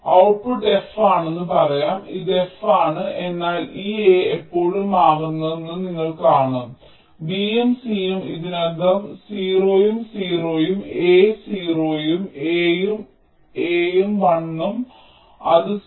output f ആണെന്ന് പറയാം ഇത് f ആണ് എന്നാൽ ഈ A എപ്പോഴാണ് മാറുന്നത് എന്ന് നിങ്ങൾ കാണും B യും C യും ഇതിനകം 0 ഉം 0 ഉം A 0 ഉം A യും A ഉം 1 ഉം അത് 0